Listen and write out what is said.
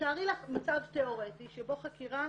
תארי לך מצב תיאורטי שבו חקירה